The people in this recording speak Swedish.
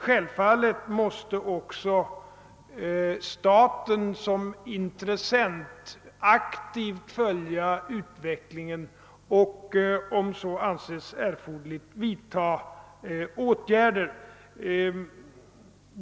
Självfallet måste också staten som intressent aktivt följa utvecklingen och, om så anses erforderligt, vidta åtgärder.